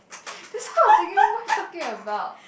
this kind of thinking what you talking about